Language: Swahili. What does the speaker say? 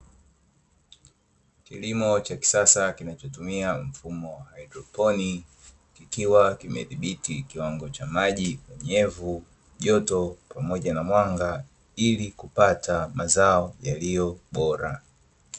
Kilimo cha kisasa kinachotumia mfumo wa haidroponi kikiwa kimedhibiti kiwango cha maji, unyevu, joto pamoja na mwanga ili kipata mazao yaliyo bora.